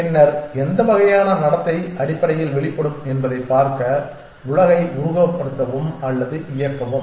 பின்னர் எந்த வகையான நடத்தை அடிப்படையில் வெளிப்படும் என்பதைப் பார்க்க உலகை உருவகப்படுத்தவும் அல்லது இயக்கவும்